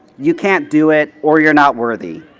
you can't do it or you're not worthy.